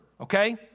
Okay